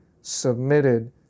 submitted